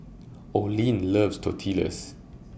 Olin loves Tortillas